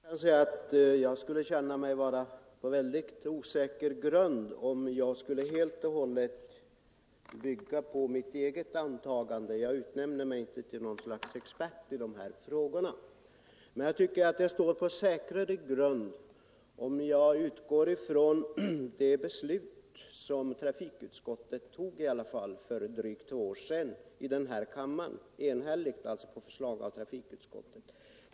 Herr talman! Jag skulle känna mig stå på mycket osäker grund, om jag skulle helt och hållet bygga på mitt eget antagande — jag utnämner mig inte till något slags expert i de här frågorna, utan jag tycker jag står på säkrare grund när jag utgår från det beslut som riksdagen enhälligt fattade för drygt två år sedan på förslag av trafiksutskottet.